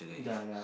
mm ya ya